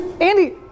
Andy